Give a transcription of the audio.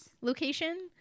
location